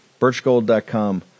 Birchgold.com